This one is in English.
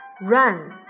run